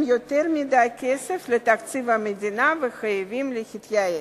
יותר מדי כסף לתקציב המדינה וחייבים להתייעל.